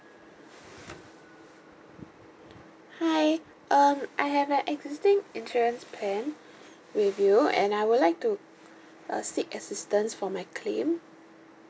hi um I have an existing insurance plan with you and I would like to uh seek assistance for my claim